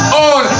on